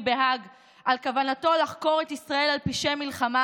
בהאג על כוונתו לחקור את ישראל על פשעי מלחמה?